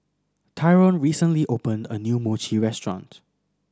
Tyron recently opened a new Mochi restaurant